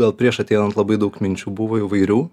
gal prieš ateinant labai daug minčių buvo įvairių